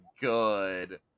good